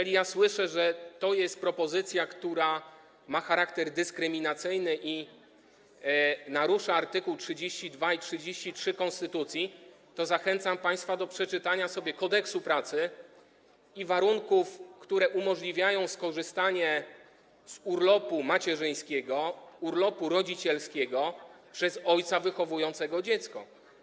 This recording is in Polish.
Skoro ja słyszę, że to jest propozycja, która ma charakter dyskryminacyjny i narusza art. 32 i 33 konstytucji, to zachęcam państwa do przeczytania sobie Kodeksu pracy i poznania warunków, które umożliwiają skorzystanie z urlopu macierzyńskiego, urlopu rodzicielskiego przez ojca wychowującego dziecko.